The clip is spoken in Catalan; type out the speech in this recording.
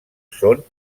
són